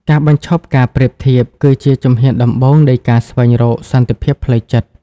ការបញ្ឈប់ការប្រៀបធៀប គឺជាជំហានដំបូងនៃការស្វែងរក "សន្តិភាពផ្លូវចិត្ត"។